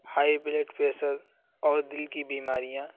high blood pressure اور دل کی بیماریاں